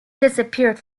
disappeared